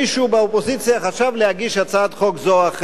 באופוזיציה חשב להגיש הצעת חוק זו או אחרת.